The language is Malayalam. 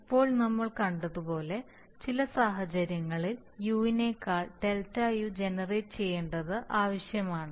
ഇപ്പോൾ നമ്മൾ കണ്ടതുപോലെ ചില സാഹചര്യങ്ങളിൽ u നേക്കാൾ Δu ജനറേറ്റ് ചെയ്യേണ്ടത് ആവശ്യമാണ്